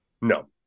No